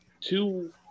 Two